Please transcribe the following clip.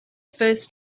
first